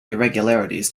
irregularities